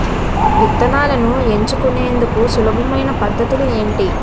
విత్తనాలను ఎంచుకునేందుకు సులభమైన పద్ధతులు ఏంటి?